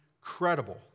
credible